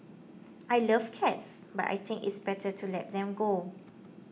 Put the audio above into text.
I love cats but I think it's better to let them go